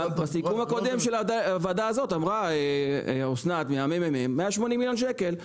בסיכום הקודם של הוועדה הזו אמרה אסנת מהממ"מ 180 מיליון ₪.